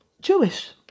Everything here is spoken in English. Jewish